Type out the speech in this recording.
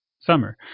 summer